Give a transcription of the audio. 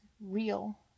real